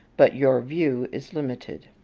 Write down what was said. but your view is limited.